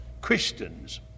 Christians